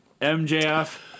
MJF